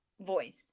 voice